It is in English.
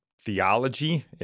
theology